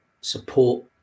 support